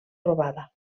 robada